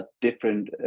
different